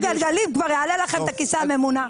הגלגלים כבר יעלה לכם את הכיסא הממונע.